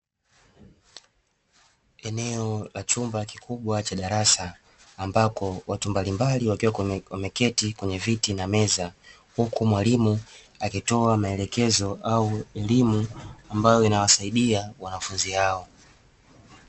Eneo la chumba kikubwa cha darasa ambako watu mbalimbali wakiwa wameketi kwenye viti na meza, huku mwalimu akitoa maelekezo au elimu ambayo inawasaidia wanafunzi hao.